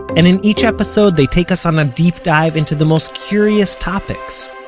and in each episode they take us on a deep dive into the most curious topics,